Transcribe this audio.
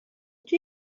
توی